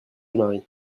marie